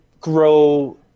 grow